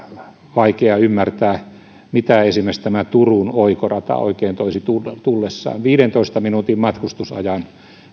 vaikea ymmärtää mitä esimerkiksi turun oikorata oikein toisi tullessaan viidentoista minuutin matkustusajan